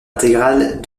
intégrale